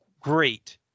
great